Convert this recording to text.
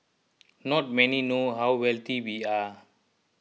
not many know how wealthy we are